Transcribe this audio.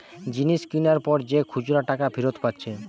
জিনিস কিনার পর যে খুচরা টাকা ফিরত পাচ্ছে